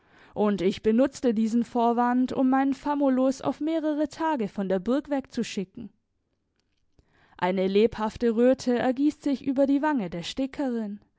und ich benutzte diesen vorwand um meinen famulus auf mehrere tage von der burg wegzuschicken eine lebhafte röte ergießt sich über die wange der stickerin